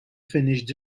finished